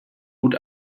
gut